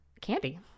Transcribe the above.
Candy